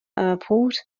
airport